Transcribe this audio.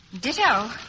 Ditto